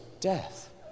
death